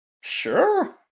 Sure